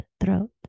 throat